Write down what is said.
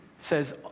says